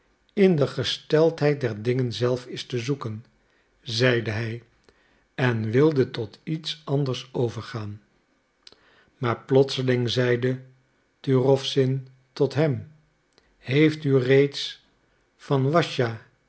in de gesteldheid der dingen zelf is te zoeken zeide hij en wilde tot iets anders overgaan maar plotseling zeide turowzin tot hem heeft u reeds van